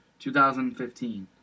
2015